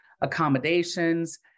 accommodations